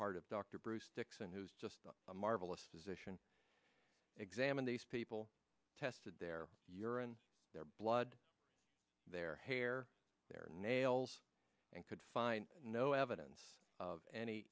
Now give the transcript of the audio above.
part of dr bruce dickson who's just a marvelous physician examine these people tested their urine their blood their hair their nails and could find no evidence of any